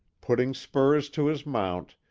putting spurs to his mount,